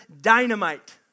dynamite